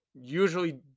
usually